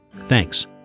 Thanks